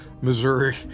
Missouri